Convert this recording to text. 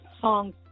songs